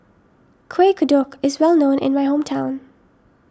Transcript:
Kueh Kodok is well known in my hometown